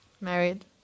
married